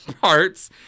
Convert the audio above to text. parts